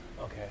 Okay